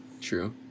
True